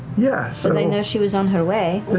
yeah so i know she was on her way.